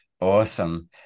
Awesome